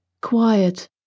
quiet